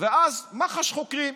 ואז מח"ש חוקרים.